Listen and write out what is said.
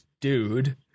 dude